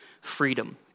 freedom